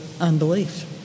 unbelief